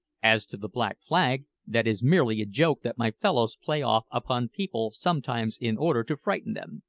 as to the black flag, that is merely a joke that my fellows play off upon people sometimes in order to frighten them.